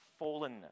fallenness